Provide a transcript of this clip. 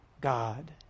God